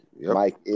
Mike